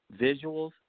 visuals